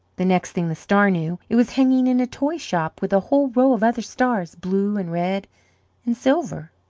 the next thing the star knew it was hanging in a toy shop with a whole row of other stars blue and red and silver.